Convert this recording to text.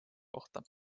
kohta